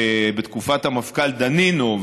בתקופת המפכ"ל דנינו,